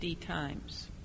times